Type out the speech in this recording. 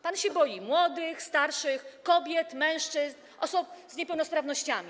Pan się boi młodych, starszych, kobiet, mężczyzn, osób z niepełnosprawnościami.